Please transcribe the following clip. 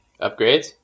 upgrades